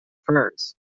furs